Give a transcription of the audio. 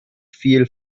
feel